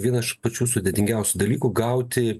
vienas iš pačių sudėtingiausių dalykų gauti